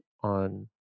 on